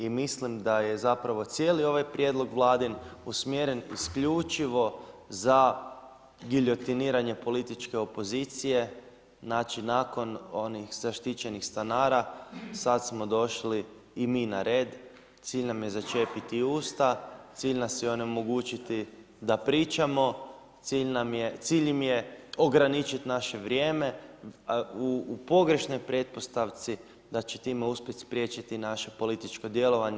I mislim da je zapravo cijeli ovaj prijedlog Vladin usmjeren isključivo za giljotiniranje političke opozicije, znači nakon onih zaštićenih stanara sad smo došli i mi na red, cilj nam je začepiti usta, cilj nas je onemogućiti da pričamo, cilj im je ograničiti naše vrijeme, a u pogrešnoj pretpostavci da će time uspjeti spriječiti naše političko djelovanje.